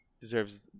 Deserves